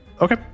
Okay